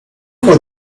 for